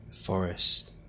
forest